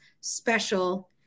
special